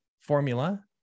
formula